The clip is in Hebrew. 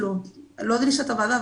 לא דרישת הוועדה,